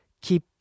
Keep